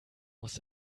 muss